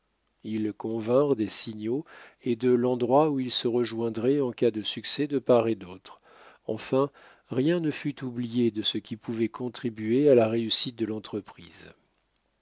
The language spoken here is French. ils convinrent des signaux et de l'endroit où ils se rejoindraient en cas de succès de part et d'autre enfin rien ne fut oublié de ce qui pouvait contribuer à la réussite de l'entreprise